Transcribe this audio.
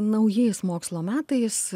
naujais mokslo metais